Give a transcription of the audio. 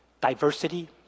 diversity